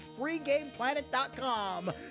FreeGamePlanet.com